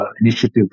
Initiative